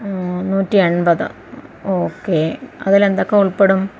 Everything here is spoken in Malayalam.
നൂറ്റി എൺപത് ഓക്കേ അതിൽ എന്തൊക്കെ ഉൾപ്പെടും